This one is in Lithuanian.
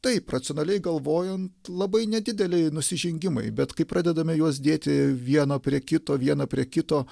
taip racionaliai galvojant labai nedideli nusižengimai bet kai pradedame juos dėti vieno prie kito vieno prie kito